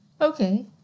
Okay